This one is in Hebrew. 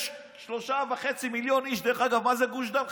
יש שלושה וחצי מיליון איש, דרך אגב, מה זה גוש דן?